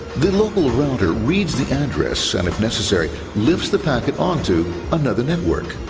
the local router reads the address, and if necessary, lifts the packet onto another network.